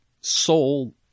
soul